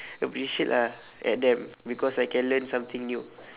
appreciate ah at them because I can learn something new